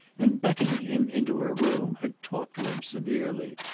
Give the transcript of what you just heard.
and beckoning him into her room, had talked to him severely.